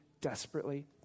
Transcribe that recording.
desperately